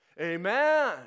Amen